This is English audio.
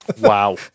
Wow